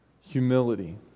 humility